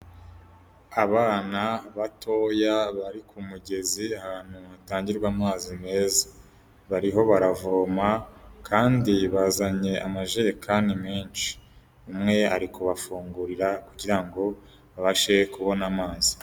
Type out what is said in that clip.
Abana batoya bari ku mugezi ahantu hatangirwa amazi meza bariho baravoma kandi bazanye amajerekani menshi, umwe ari kubafungurira kugirango babashe kubona amazi.